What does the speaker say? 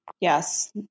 Yes